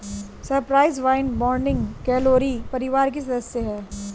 Cyprus vine morning glory परिवार की सदस्य हैं